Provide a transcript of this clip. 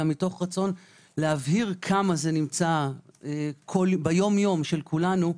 אלא מתוך רצון להבהיר כמה זה נמצא ביום יום של כולנו.